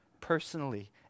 personally